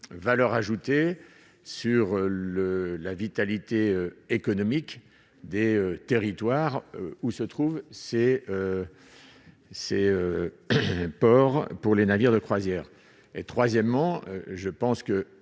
valeur ajoutée sur le la vitalité économique des territoires où se trouve c'est c'est un port pour les navires de croisière et troisièmement, je pense que